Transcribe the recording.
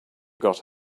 got